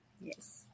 Yes